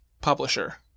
publisher